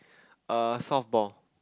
err softball